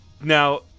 Now